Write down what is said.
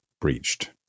breached